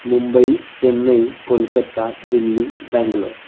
Mumbai Chennai Kolkata Delhi Bengaluru